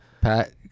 Pat